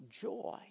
joy